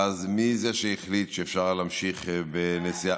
ואז, מי זה שהחליט שאפשר להמשיך בנסיעה?